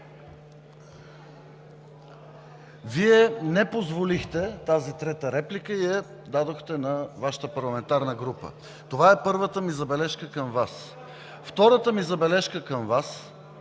…Вие не позволихте тази трета реплика и я дадохте на Вашата парламентарна група? Това е първата ми забележка към Вас. Втората ми забележка към Вас